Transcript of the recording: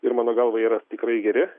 ir mano galva jie yra tikrai geri